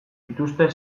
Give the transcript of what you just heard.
dituzte